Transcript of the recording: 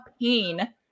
pain